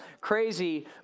Crazy